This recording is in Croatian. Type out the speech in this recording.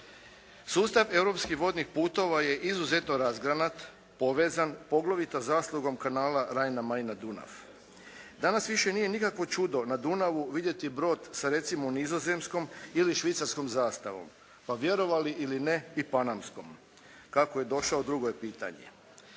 Sustav europskih vodnih putova je izuzetno razgranat, povezan poglavito zaslugom kanala Rajna-Majna-Dunav. Danas više nije nikakvo čudo na Dunavu vidjeti brod sa recimo nizozemskom ili švicarskom zastavom, pa vjerovali ili ne, i panamskom. Kako je došao, drugo je pitanje.